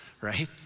right